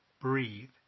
breathe